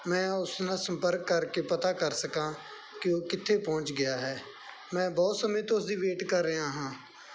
ਮੈਂ ਉਸ ਨਾਲ ਸੰਪਰਕ ਕਰਕੇ ਪਤਾ ਕਰ ਸਕਾਂ ਕਿ ਉਹ ਕਿੱਥੇ ਪਹੁੰਚ ਗਿਆ ਹੈ ਮੈਂ ਬਹੁਤ ਸਮੇਂ ਤੋਂ ਉਸਦੀ ਵੇਟ ਕਰ ਰਿਹਾ ਹਾਂ